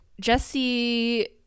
Jesse